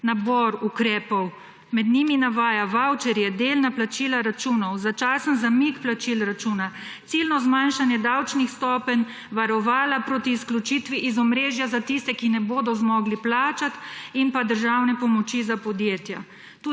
nabor ukrepov, med njimi navaja vavčerje, delna plačila računov, začasen zamik plačil računa, ciljno zmanjšanje davčnih stopenj, varovala proti izključitvi iz omrežja za tiste, ki ne bodo zmogli plačati, in pa državne pomoči za podjetja.